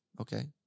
okay